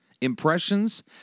impressions